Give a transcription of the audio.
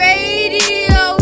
Radio